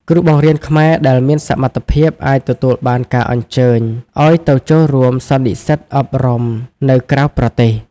គ្រូបង្រៀនខ្មែរដែលមានសមត្ថភាពអាចទទួលបានការអញ្ជើញឱ្យទៅចូលរួមសន្និសីទអប់រំនៅក្រៅប្រទេស។